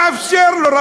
לאפשר לו,